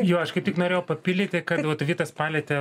jo aš kaip tik norėjau papildyti kad vat vytas palietė